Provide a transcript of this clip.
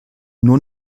nur